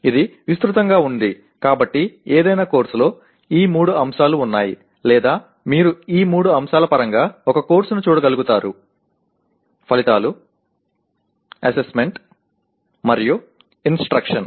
ఇది విస్తృతంగా ఉంది కాబట్టి ఏదైనా కోర్సులో ఈ మూడు అంశాలు ఉన్నాయి లేదా మీరు ఈ మూడు అంశాల పరంగా ఒక కోర్సును చూడగలుగుతారు ఫలితాలు అస్సెస్మెంట్ మరియు ఇన్స్ట్రక్షన్